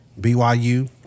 BYU